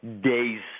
days